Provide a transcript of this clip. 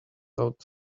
out